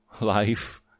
life